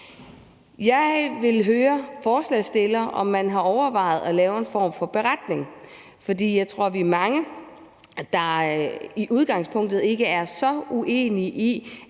Jeg vil høre forslagsstilleren, om man har overvejet at lave en form for beretning, for jeg tror, vi er mange, der i udgangspunktet ikke er så uenige i,